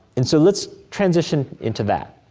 and so, let's transition into that,